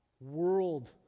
world